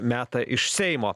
meta iš seimo